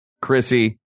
Chrissy